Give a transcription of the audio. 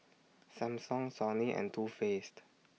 Samsung Sony and Too Faced